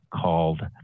called